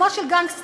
כמו של גנגסטרים,